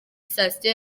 sitasiyo